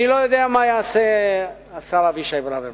אני לא יודע מה יעשה השר אבישי ברוורמן,